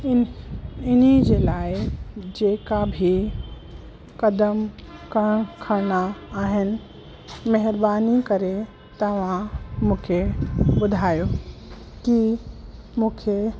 इन इन जे लाइ जेका बि क़दम क खरणा आहिनि महिरबानी करे तव्हां मूंखे ॿुधायो की मूंखे